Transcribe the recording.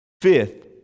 Fifth